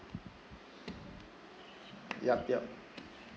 yup yup